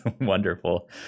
wonderful